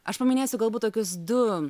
aš paminėsiu galbūt tokius du